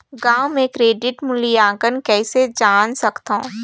गांव म क्रेडिट मूल्यांकन कइसे जान सकथव?